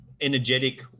energetic